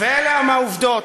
ואלה הן העובדות.